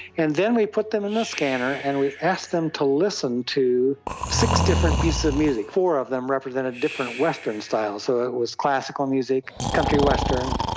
and then we put them in the scanner and we ask them to listen to six different pieces of music. four of them represented different western styles, so it was classical music, country western,